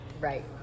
Right